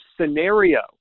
scenario